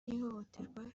n’ihohoterwa